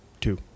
Two